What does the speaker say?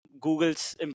Google's